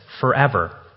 forever